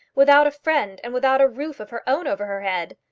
without a friend and without a roof of her own over her head!